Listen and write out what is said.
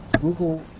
Google